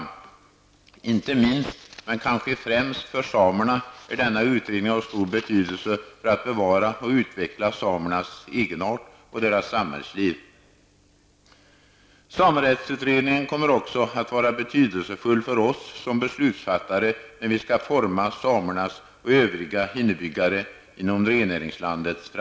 Denna utredning är kanske främst för samerna av stor betydelse, då det handlar om att bevara och utveckla samernas egenart samt deras samhällsliv. Samerättsutredningen kommer också att vara betydelsefull för oss som beslutsfattare, när vi skall forma samernas och övriga inbyggares framtid inom rennäringslandet.